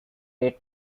late